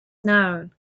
known